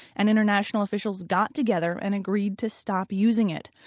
and international officials got together and agreed to stop using it.